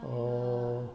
oo